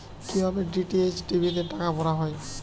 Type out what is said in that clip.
কি ভাবে DTH TV তে টাকা ভরা হয়?